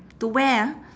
to where ah